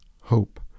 hope